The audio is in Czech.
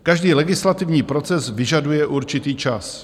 Každý legislativní proces vyžaduje určitý čas.